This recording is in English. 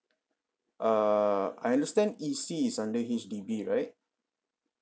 err I understand E_C is under H_D_B right